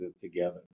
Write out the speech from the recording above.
together